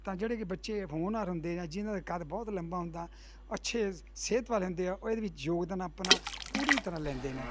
ਤਾਂ ਜਿਹੜੇ ਜੇ ਬੱਚੇ ਹੋਣਹਾਰ ਹੁੰਦੇ ਜਾਂ ਜਿਹਨਾਂ ਦਾ ਕੱਦ ਬਹੁਤ ਲੰਬਾ ਹੁੰਦਾ ਅੱਛੇ ਸਿਹਤ ਵਾਲੇ ਹੁੰਦੇ ਆ ਉਹ ਇਹਦੇ ਵਿੱਚ ਯੋਗਦਾਨ ਆਪਣਾ ਪੂਰੀ ਤਰ੍ਹਾਂ ਲੈਂਦੇ ਨੇ